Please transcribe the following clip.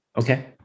Okay